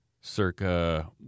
circa